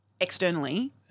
externally